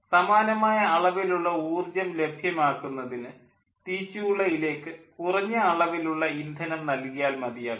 സമാനമായ അളവിലുള്ള ഊർജ്ജം ലഭ്യമാക്കുന്നതിന് തീച്ചൂളയിലേക്ക് കുറഞ്ഞ അളവിലുള്ള ഇന്ധനം നൽകിയാൽ മതിയാകും